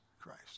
Christ